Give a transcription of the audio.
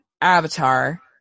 Avatar